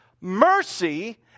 Mercy